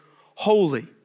holy